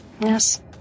Yes